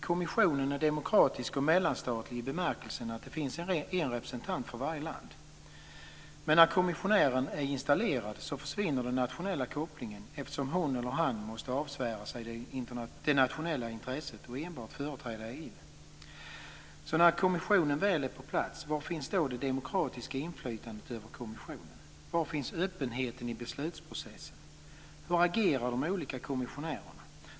Kommissionen är demokratisk och mellanstatlig i bemärkelsen att det finns en representant för varje land. Men när kommissionären är installerad försvinner den nationella kopplingen eftersom hon eller han måste avsvära sig det nationella intresset och enbart företräda EU. Så när kommissionen väl är på plats, var finns då det demokratiska inflytandet över kommissionen? Var finns öppenheten i beslutsprocessen? Hur agerar de olika kommissionärerna?